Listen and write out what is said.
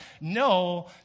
No